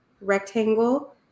rectangle